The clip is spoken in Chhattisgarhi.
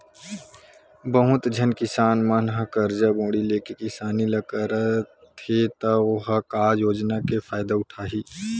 बहुत झन किसान मन ह करजा बोड़ी लेके किसानी ल करथे त ओ ह का योजना के फायदा उठाही